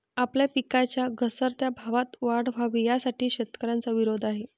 आपल्या पिकांच्या घसरत्या भावात वाढ व्हावी, यासाठी शेतकऱ्यांचा विरोध आहे